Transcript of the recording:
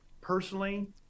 personally